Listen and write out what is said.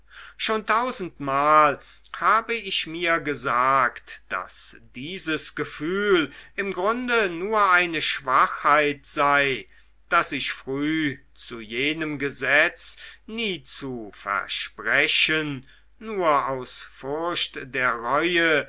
schon tausendmal habe ich mir gesagt daß dieses gefühl im grunde nur eine schwachheit sei daß ich früh zu jenem gesetz nie zu versprechen nur aus furcht der reue